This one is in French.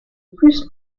plus